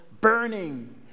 burning